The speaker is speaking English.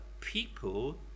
people